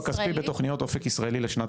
תקציב מול ביצוע כספי בתוכניות 'אופק ישראלי' לשנת